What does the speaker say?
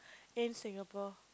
in Singapore